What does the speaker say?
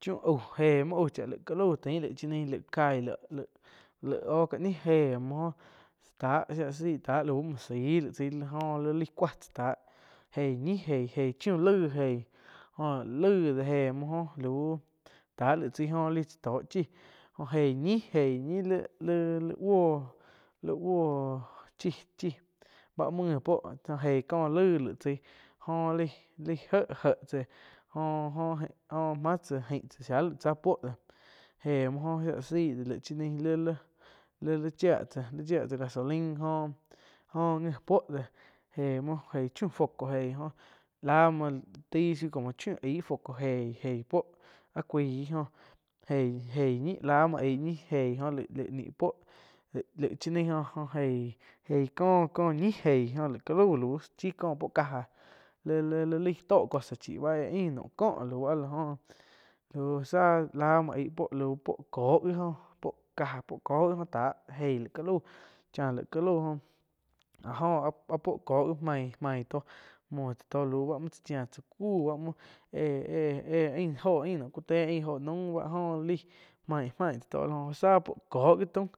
chiu auh ge muoh auh cha laig ka lauh tain laih cha naih laig caih, laig-laig oh ka nih éh muoh táh shia la zaih táh muoh zaih laig tsaih oh li laig kua tsá, táh eih ñi, eih eih chiu laíh, joh laig do éh muoh lau tá laig chai oh tsá toh chih joh eig ñih eih li-li buoh chi-chi báh muo ngi puoh eih có laih laig tzaih joh laih-laih jéh tsáh jo-jo máh tsáh shia laig tsá puo deh éh muoh góh shia la zaih laih cháh nain la-la chia tsá, chia tsa gasolain óh ngi puoh déh éh muo eih chiuh foco láh muoh taih zhiu como chiuh foco eih puoh áh cuaíh joh eih-eih ñi la muoh ñi eih jo lai puo, lai-lai chá naih jeih có, có ñi eigh jo laig ka lauh chíh có puoh caja li-li laig tóh cosa chi bá éh ain naum kó lau áh la joh záh la muoh aig lau puoh kóh gi oh puo cja ko jo oh geih llaih ka lauh chá laig ka lau jóh áh jóh áh puo ko gi, mai-mai tóh muoh tsá to lauh cha chia tsá ku ba muoh eh-eh ain óho ku té ain óho naum báh go laih máin tsá to áh jo zah puoh ko gi taum.